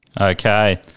Okay